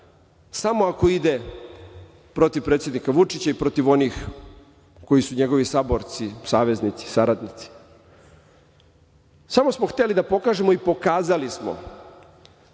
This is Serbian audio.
samo ako ide protiv predsednika Vučića i protiv onih koji su njegovi saborci, saveznici, saradnici. Samo smo hteli da pokažemo i pokazali smo